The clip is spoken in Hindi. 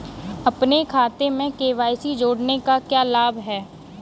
अपने खाते में के.वाई.सी जोड़ने का क्या लाभ है?